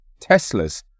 Teslas